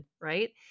right